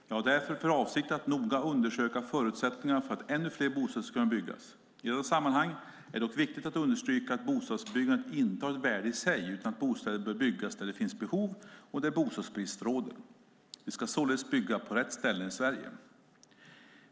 Jag har därför för avsikt att noga undersöka förutsättningarna för att ännu fler bostäder ska kunna byggas. I detta sammanhang är det dock viktigt att understryka att bostadsbyggandet inte har ett värde i sig utan att bostäder bör byggas där det finns behov och där bostadsbrist råder. Vi ska således bygga på rätta ställena i Sverige.